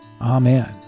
Amen